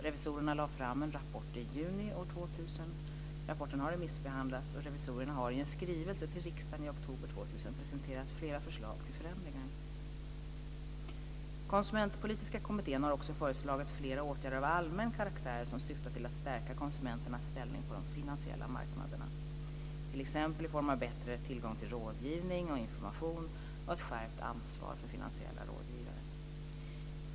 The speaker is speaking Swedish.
Revisorerna lade fram en rapport i juni 2000. Rapporten har remissbehandlats och revisorerna har i en skrivelse till riksdagen i oktober 2000 presenterat flera förslag till förändringar. Konsumentpolitiska kommittén har också föreslagit flera åtgärder av allmän karaktär som syftar till att stärka konsumenternas ställning på de finansiella marknaderna, t.ex. i form av bättre tillgång till rådgivning och information och ett skärpt ansvar för finansiella rådgivare.